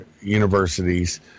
universities